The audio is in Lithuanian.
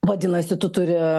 vadinasi tu turi